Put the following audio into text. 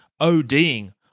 ODing